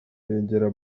begera